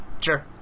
Sure